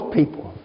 people